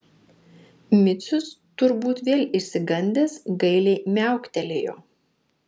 micius turbūt vėl išsigandęs gailiai miauktelėjo